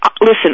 listen